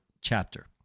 chapter